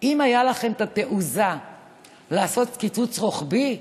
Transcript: אם הייתה לכם התעוזה לעשות קיצוץ רוחבי,